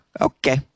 Okay